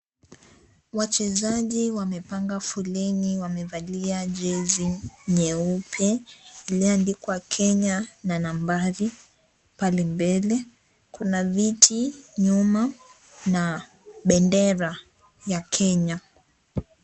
Wachezaji wamepanga foleni wamevalia jezi nyeupe, iliyoandikwa Kenya na nambari pale mbele. Kuna viti nyuma na bendera ya Kenya.